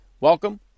welcome